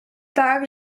tak